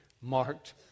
marked